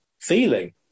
feeling